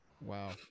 Wow